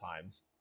times